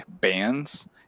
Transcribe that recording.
bands